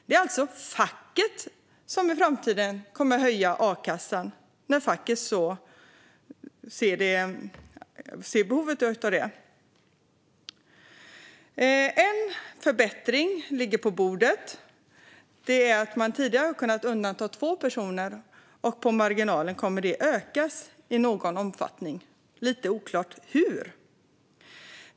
Det är alltså facket som i framtiden kommer att höja a-kassan när facket ser behov av det. En förbättring på marginalen ligger på bordet. Tidigare har man kunnat undanta två personer; nu kommer det att ökas i någon omfattning, lite oklart hur.